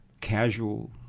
casual